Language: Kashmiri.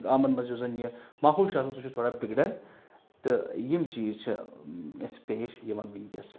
گامَن منٛز یُس زن یہِ ماحول چھُ آسان سُہ چھُ تھوڑا بِگڑان تہٕ یِم چیٖز چھِ اسہِ پیش یِوان وٕنکٮ۪س